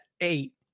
eight